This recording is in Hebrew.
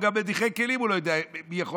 גם מדיחי כלים הוא לא יודע מי יכול